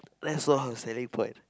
that's all her standing point